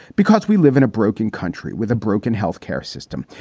because we live in a broken country with a broken health care system.